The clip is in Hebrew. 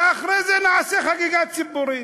ואחרי זה נעשה חגיגה ציבורית.